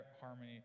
harmony